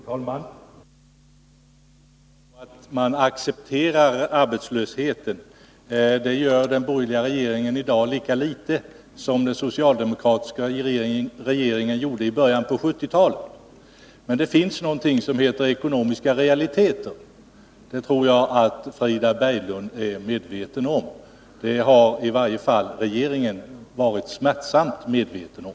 Herr talman! Det är naturligtvis inte så att man accepterar arbetslösheten. Det gör den borgerliga regeringen i dag lika litet som den socialdemokratiska regeringen gjorde det i början på 1970-talet. Men det finns någonting som heter ekonomiska realiteter, vilket jag tror att Frida Berglund är medveten om. Det har i varje fall regeringen varit smärtsamt medveten om.